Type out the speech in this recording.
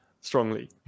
strongly